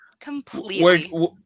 completely